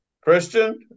Christian